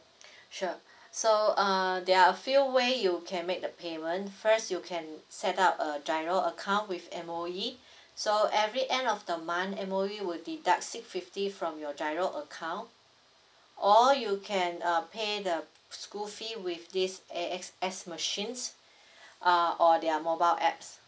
sure so uh there are a few way you can make the payment first you can set up a GIRO account with M_O_E so every end of the month M_O_E will deduct six fifty from your GIRO account or you can uh pay the school fee with this A_X_S machines uh or their mobile apps